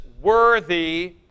worthy